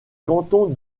canton